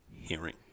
hearing